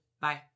Bye